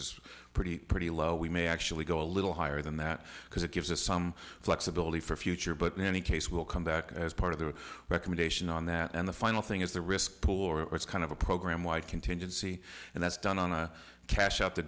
is pretty pretty low we may actually go a little higher than that because it gives us some flexibility for future but in any case will come back as part of the recommendation on that and the final thing is the risk pool or it's kind of a program wide contingency and that's done on a cash out the